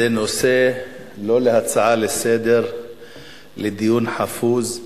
זה לא נושא להצעה לסדר-היום, לדיון חפוז,